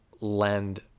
lend